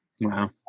Wow